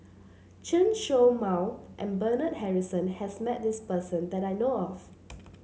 Chen Show Mao and Bernard Harrison has met this person that I know of